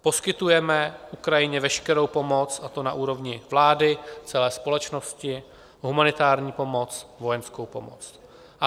Poskytujeme Ukrajině veškerou pomoc, a to na úrovni vlády, celé společnosti, humanitární pomoc, vojenskou pomoc.